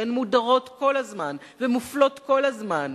שהן מודרות כל הזמן ומופלות כל הזמן.